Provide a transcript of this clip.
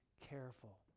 careful